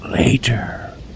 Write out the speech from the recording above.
later